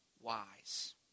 wise